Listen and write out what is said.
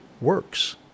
works